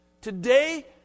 Today